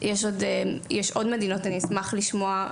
שזה לא נכון, שיש להם השגות לגבי הדבר הזה,